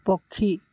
ପକ୍ଷୀ